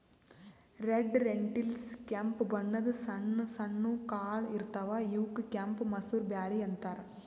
red lentils ಕೆಂಪ್ ಬಣ್ಣದ್ ಸಣ್ಣ ಸಣ್ಣು ಕಾಳ್ ಇರ್ತವ್ ಇವಕ್ಕ್ ಕೆಂಪ್ ಮಸೂರ್ ಬ್ಯಾಳಿ ಅಂತಾರ್